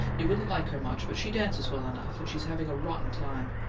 you wouldn't like her much, but she dances well enough and she's having a rotten time.